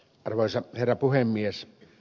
arvoisa herra puhemies